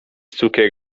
cukier